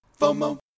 FOMO